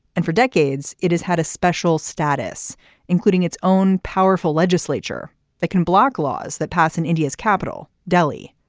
and for decades it has had a special status including its own powerful legislature that can block laws that pass in india's capital delhi.